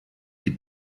die